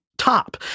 top